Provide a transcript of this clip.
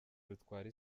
rutwara